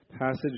passage